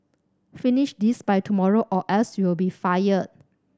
finish this by tomorrow or else you'll be fired